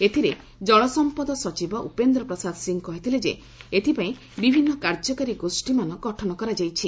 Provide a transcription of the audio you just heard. ଏଥିରେ ଜଳସମ୍ପଦ ସଚିବ ଉପେନ୍ଦ୍ର ପ୍ରସାଦ ସିଂ କହିଥିଲେ ଯେ ଏଥିପାଇଁ ବିଭିନ୍ନ କାର୍ଯ୍ୟକାରୀ ଗୋଷ୍ଠୀମାନ ଗଠନ କରାଯାଇଛି